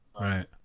Right